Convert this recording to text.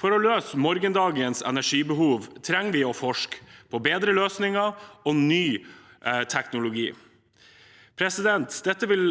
For å løse morgendagens energibehov trenger vi å forske på bedre løsninger og ny teknologi. Dette vil